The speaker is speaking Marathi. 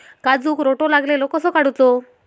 काजूक रोटो लागलेलो कसो काडूचो?